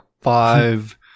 five